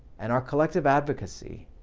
and our collective advocacy,